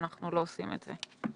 ואנחנו לא עושים את זה.